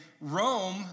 Rome